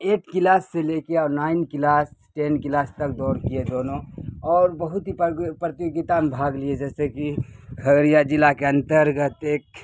at class سے لے کے اور نائن کلاس ٹین کلاس تک دوڑ کیے دونوں اور بہت ہی پرتیوگیتا میں بھاگ لیے جیسے کہ کھگھڑیہ ضلع کے انترگت ایک